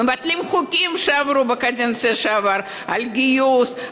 מבטלים חוקים שעברו בקדנציה שעברה על גיוס,